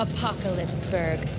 Apocalypseburg